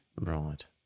Right